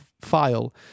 file